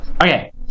Okay